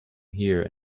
here